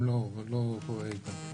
הם לא חוזרים לאוצר.